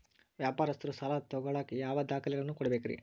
ವ್ಯಾಪಾರಸ್ಥರು ಸಾಲ ತಗೋಳಾಕ್ ಯಾವ ದಾಖಲೆಗಳನ್ನ ಕೊಡಬೇಕ್ರಿ?